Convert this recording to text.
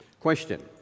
Question